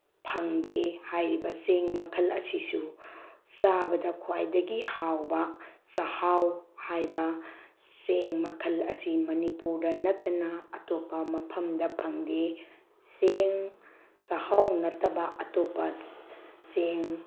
ꯐꯪꯗꯦ ꯍꯥꯏꯔꯤꯕ ꯆꯦꯡ ꯃꯈꯜ ꯑꯁꯤꯁꯨ ꯆꯥꯕꯗ ꯈ꯭ꯋꯥꯏꯗꯒꯤ ꯍꯥꯎꯕ ꯆꯥꯛꯍꯥꯎ ꯍꯥꯏꯕ ꯆꯦꯡ ꯃꯈꯜ ꯑꯁꯤ ꯃꯅꯤꯄꯨꯔꯗ ꯅꯠꯇꯅ ꯑꯇꯣꯞꯄ ꯃꯐꯝꯗ ꯐꯪꯗꯦ ꯆꯦꯡ ꯆꯥꯛꯍꯥꯎ ꯅꯠꯇꯕ ꯑꯇꯣꯞꯄ ꯆꯦꯡ